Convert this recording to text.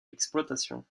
l’exploitation